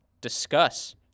discuss